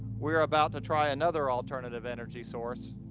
we are about to try another alternative energy source,